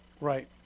right